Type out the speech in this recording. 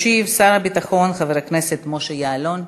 ישיב שר הביטחון חבר הכנסת משה יעלון.